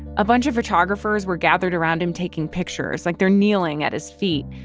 a bunch of photographers were gathered around him taking pictures like, they're kneeling at his feet.